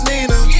Nina